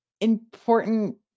Important